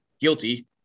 guilty